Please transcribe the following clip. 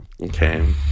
Okay